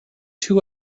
two